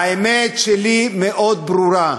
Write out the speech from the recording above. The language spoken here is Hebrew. האמת שלי מאוד ברורה: